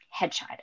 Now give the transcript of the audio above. headshot